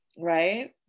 right